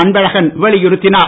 அன்பழகன் வலியுறுத்தினார்